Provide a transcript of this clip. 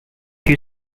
you